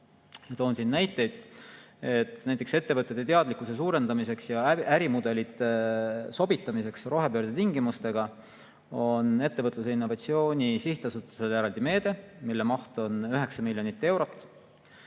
Toon siin näiteid. Näiteks ettevõtete teadlikkuse suurendamiseks ja ärimudelite sobitamiseks rohepöörde tingimustega on Ettevõtluse ja Innovatsiooni Sihtasutusel eraldi meede, mille maht on 9 miljonit eurot.